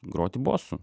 groti bosu